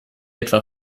etwa